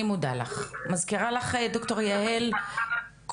אני מודה לך ואני מזכירה לך ד"ר יהל קורלנדר